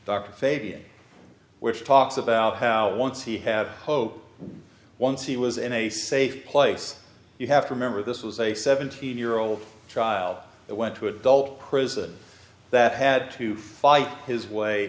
fabian which talks about how once he have pope once he was in a safe place you have to remember this was a seventeen year old child that went to adult prison that had to fight his way